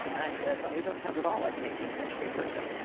i said, well, you don't sound at all like an eighteenth century person.